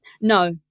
no